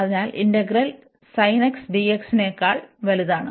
അതിനാൽ ഇന്റഗ്രൽ ന്നിനേക്കാൾ വലുതാണ്